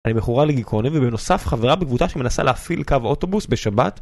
אני מכורה לגיכרוני ובנוסף חברה בקבוטה שמנסה להפעיל קו האוטובוס בשבת